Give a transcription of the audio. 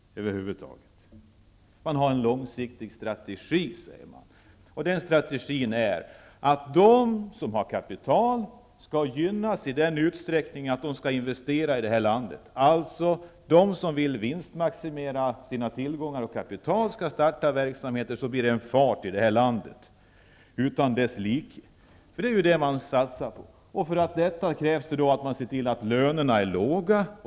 Regeringen säger att man har en långsiktig strategi. Den strategin är att de som har kapital skall gynnas för att investera i det här landet. De som vill vinstmaximera sina tillgångar och kapital skall starta verksamheter så att det blir fart i landet. Det är vad regeringen satsar på. För detta krävs det att man ser till att lönerna är låga.